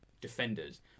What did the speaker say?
defenders